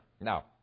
Now